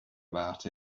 about